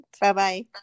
bye-bye